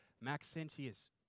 Maxentius